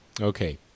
Okay